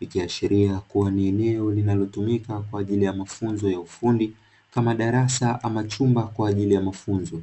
ikiashiria kuwa ni eneo linalotumika kwa ajili ya mafunzo ya ufundi, kama darasa ama chumba kwa ajili ya mafunzo.